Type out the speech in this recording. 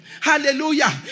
Hallelujah